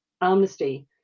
amnesty